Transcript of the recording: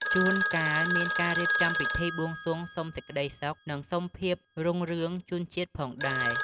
ជួនកាលមានការរៀបចំពិធីបួងសួងសុំសេចក្តីសុខ និងសុំភាពរុងរឿងជូនជាតិផងដែរ។